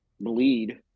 bleed